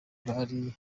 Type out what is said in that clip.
bari